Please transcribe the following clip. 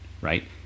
right